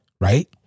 Right